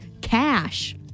cash